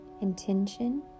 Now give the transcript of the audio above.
intention